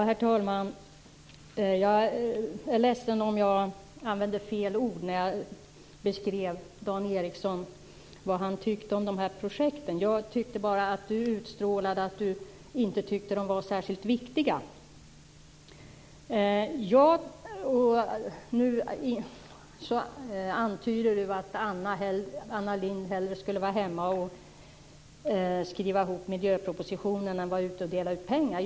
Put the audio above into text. Herr talman! Jag är ledsen om jag använde fel ord när jag beskrev vad Dan Ericsson tyckte om dessa projekt. Jag tyckte att han utstrålade uppfattningen att de inte var särskilt viktiga. Nu antyder Dan Ericsson att Anna Lindh borde vara hemma och skriva ihop miljöpropositionen i stället för att vara ute och dela ut pengar.